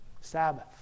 Sabbath